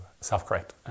self-correct